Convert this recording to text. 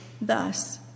Thus